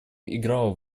играла